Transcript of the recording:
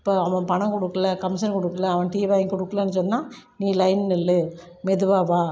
இப்போது அவன் பணம் கொடுக்கல கமிஷன் கொடுக்கல அவன் டீ வாங்கி கொடுக்கலேன்னு சொன்னால் நீ லைனில் நில் மெதுவாக வா